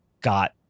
got